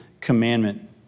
commandment